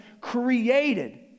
created